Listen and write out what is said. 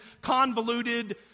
convoluted